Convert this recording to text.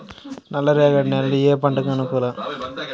నల్ల రేగడి నేలలు ఏ పంటకు అనుకూలం?